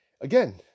again